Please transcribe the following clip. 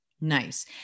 Nice